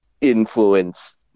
influence